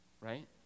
right